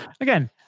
Again